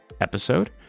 episode